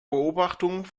beobachtung